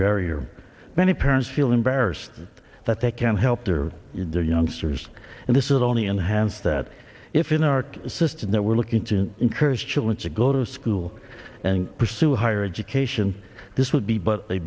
barrier many parents feel embarrassed that they can help their you do youngsters and this is only enhance that if in our system that we're looking to encourage children to go to school and pursue higher education this would be but